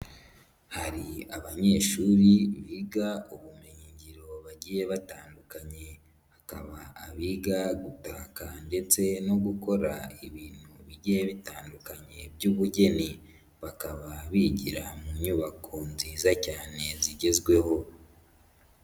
Hari abanyeshuri biga ubumenyingiro bagiye batandukanye hakaba abiga gutaka ndetse no gukora ibintu bigiye bitandukanye by'ubugeni, bakaba bigira mu nyubako nziza cyane zigezweho.